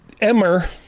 Emmer